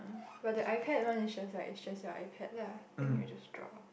but the iPad one is just like is just your iPad lah then you just draw